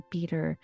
Peter